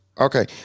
okay